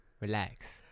Relax